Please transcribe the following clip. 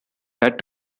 had